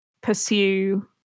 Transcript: pursue